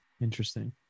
interesting